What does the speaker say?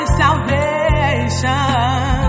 salvation